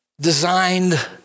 designed